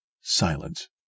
Silence